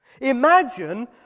Imagine